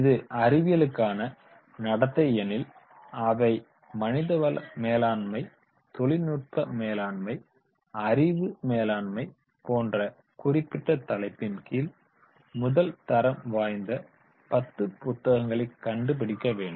இது அறிவியலுக்கான நடத்தை எனில் அவை மனிதவள மேலாண்மை தொழில்நுட்ப மேலாண்மை அறிவு மேலாண்மை போன்ற குறிப்பிட்ட தலைப்பின் கீழ் முதல் தரம் வாய்ந்த 10 புத்தகங்களைக் கண்டு பிடிக்க வேண்டும்